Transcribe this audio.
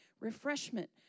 refreshment